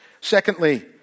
Secondly